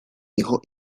hijo